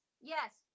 Yes